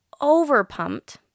over-pumped